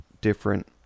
different